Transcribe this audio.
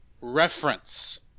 reference